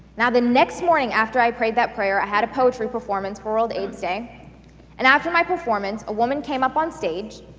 now the next morning after i prayed that prayer, i had a poetry performance for world aids day and after my performance a woman came up on stage,